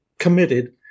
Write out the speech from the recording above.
committed